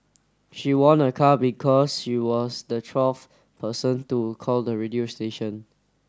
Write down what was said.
she won a car because she was the twelfth person to call the radio station